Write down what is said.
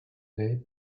day